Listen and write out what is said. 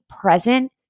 present